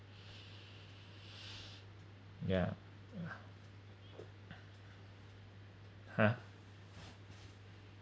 yeah !huh!